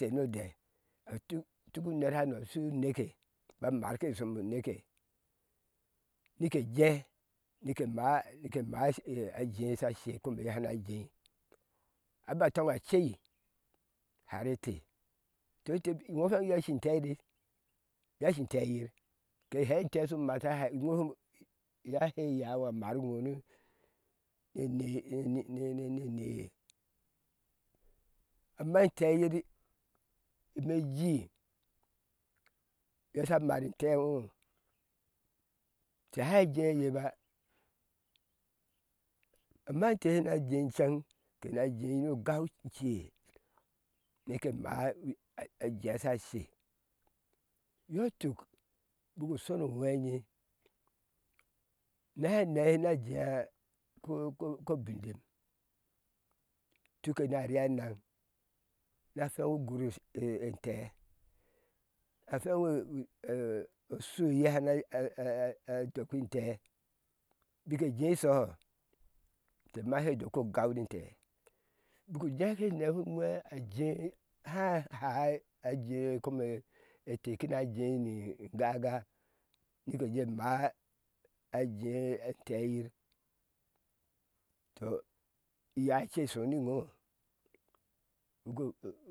Inte no déé atu tuk uner hano ashu uneke bɔ marke shomo neke nike jee nike máá ni ke maa ira shi a jee shashe a komeeye shana ajei aba tɔŋa cei ha re ente to ente bik iŋo wheŋ iye a shi inte ti iye ashi inte yir ke he inte shu mata ha iŋo hu iye hei iyaa iŋo a mar iŋo neni ne ninini niye ama intee yidi ime jii iye sha mar inte iŋo inte hai jei iyeba amma inte na jei iceŋ te na jei no gau ce nike emaa a a jea sha she yɔtuk buku ushonu uwhe enye nɛhe nɛhe na jea ko ko ko bindim tuke nari anaŋ na fweŋ ugur shu e ente afweŋ o shu eye hana dɔkpin intee bike jei ishoho inte ma she doki yir ogan ni intee buk nehu uwhe a jee haahai aje ko me ete kna jeini in gaga nike jee maa a jee ente yir tɔ iyaice ashoni ŋo ugu